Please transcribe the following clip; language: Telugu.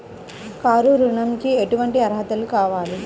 కారు ఋణంకి ఎటువంటి అర్హతలు కావాలి?